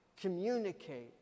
communicate